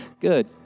Good